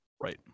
Right